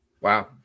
Wow